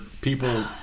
people